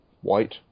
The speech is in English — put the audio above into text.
white